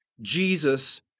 Jesus